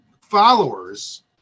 followers